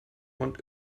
und